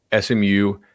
SMU